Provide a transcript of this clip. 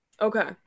Okay